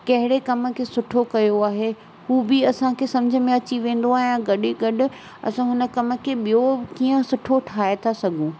कहिड़े कमु खे सुठो कयो आहे हू बि असांखे समुझ में अची वेंदो आहे ऐं गॾु ई गॾु असां हुन कम खे ॿियो कीअं सुठो ठाहे था सघूं